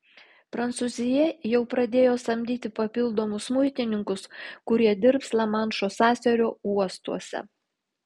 prancūzija jau pradėjo samdyti papildomus muitininkus kurie dirbs lamanšo sąsiaurio uostuose